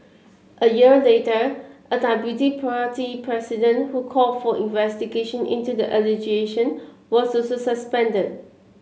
a year later a deputy party president who called for investigation into the allegations was also suspended